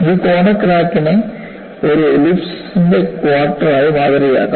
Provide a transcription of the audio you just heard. ഈ കോർണർ ക്രാക്കിനെ ഒരു എലിപ്സ്ന്റെ ക്വാർട്ടർ ആയി മാതൃകയാക്കാം